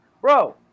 Bro